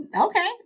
okay